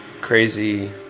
crazy